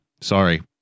Sorry